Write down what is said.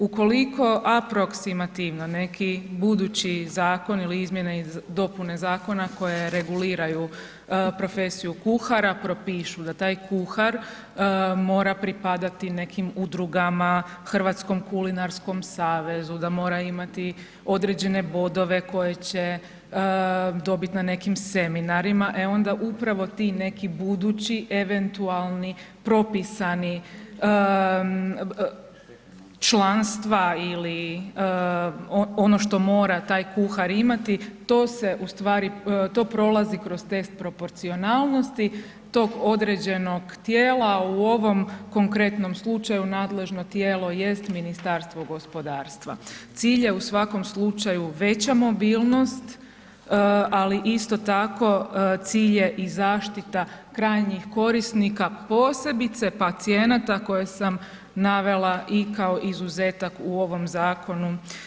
Ukoliko aproksimativno neki budući Zakon ili izmjene i dopune Zakona koje reguliraju profesiju kuhara, propišu da taj kuhar mora pripadati nekih Udrugama, Hrvatskom kulinarskom savezu, da mora imati određene bodove koje će dobit na nekim seminarima, e onda upravo ti neki budući, eventualni propisani, članstva ili ono što mora taj kuhar imati, to se u stvari, to prolazi kroz test proporcionalnosti tog određenog tijela, u ovom konkretnom slučaju nadležno tijelo jest Ministarstvo gospodarstva, cilj je u svakom slučaju veća mobilnost, ali isto tako cilj je i zaštita krajnjih korisnika, posebice pacijenata koje sam navela i kao izuzetak u ovom Zakonu.